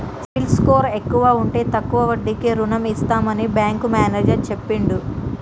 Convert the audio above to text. CIBIL score ఎక్కువ ఉంటే తక్కువ వడ్డీకే రుణం ఇస్తామని బ్యాంకు మేనేజర్ చెప్పిండు